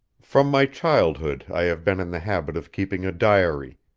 from my childhood i have been in the habit of keeping a diary,